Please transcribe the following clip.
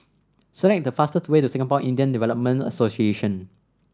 select the fastest way to Singapore Indian Development Association